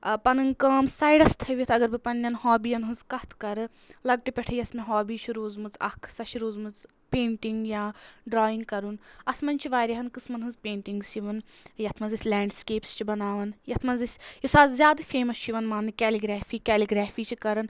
ٲں پَنٕنۍ کٲم سایڈَس تھٲیِتھ اگر بہٕ پننیٚن ہابی یَن ہنٛز کَتھ کَرٕ لۄکٹہِ پٮ۪ٹھٔے یۄس مےٚ ہابی چھِ روٗزمٕژ اکھ سۄ چھِ روٗزمٕژ پینٛٹِنٛگ یا ڈرٛایِنٛگ کَرُن اَتھ منٛز چھِ واریاہَن قٕسمَن ہنٛز پینٛٹِنٛگٕس یِوان یَتھ منٛز أسۍ لینٛڈ سٕکَیپٕس چھِ بَناوان یَتھ منٛز أسۍ یُس آز زیادٕ فیمَس چھُ یِوان ماننہٕ کَیلِگرٛافی کَیلِگرٛافی چھِ کَران